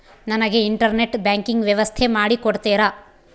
ನನಗೆ internet banking ವ್ಯವಸ್ಥೆ ಮಾಡಿ ಕೊಡ್ತೇರಾ?